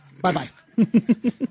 Bye-bye